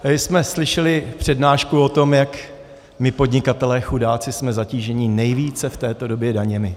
Tady jsme slyšeli přednášku o tom, jak my podnikatelé chudáci jsme zatíženi nejvíce v této době daněmi.